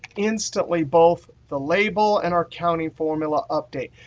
instantly both the label and our counting formula update.